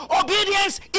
Obedience